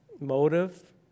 motive